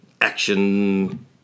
action